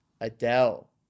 Adele